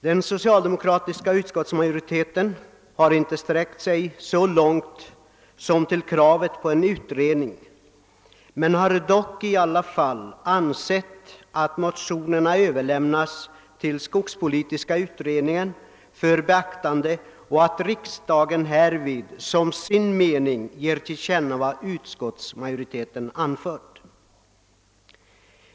Den socialdemokratiska riksdagsmajoriteten har inte sträckt sig så långt som till ett krav på utredning men har ändå ansett att motionerna bör överlämnas till skogspolitiska utredningen för beaktande och att riksdagen härvid bör som sin mening ge till känna vad utskottsmajoriteten har anfört.